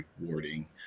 rewarding